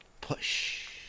push